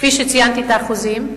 כפי שציינתי את האחוזים,